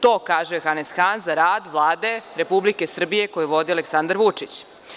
To kaže Hanes Han za rad Vlade Republike Srbije koju vodi Aleksandar Vučić.